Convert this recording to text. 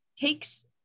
takes